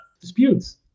disputes